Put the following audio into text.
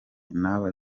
n’aba